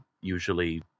usually